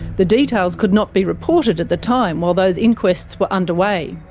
the details could not be reported at the time, while those inquests were underway,